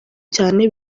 cyane